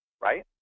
right